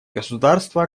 государства